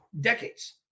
decades